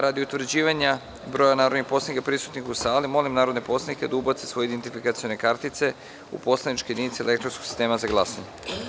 Radi utvrđivanja broja narodnih poslanika prisutnih u sali, molim narodne poslanike da ubace svoje identifikacione kartice u poslaničke jedinice elektronskog sistema za glasanje.